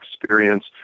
experience